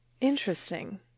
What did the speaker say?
Interesting